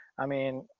i mean,